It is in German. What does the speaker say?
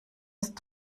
ist